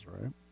right